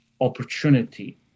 opportunity